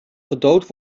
gedood